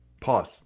Pause